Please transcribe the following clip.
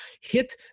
hit